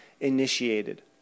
initiated